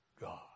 God